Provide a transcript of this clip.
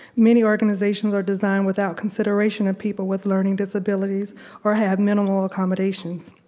many organizations are designed without consideration of people with learning disabilities or have minimal accommodations.